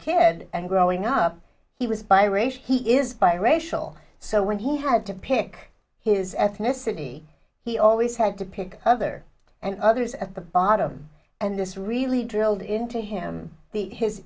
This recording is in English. kid and growing up he was biracial he is biracial so when he had to pick his ethnicity he always had to pick other and others at the bottom and this really drilled into him the his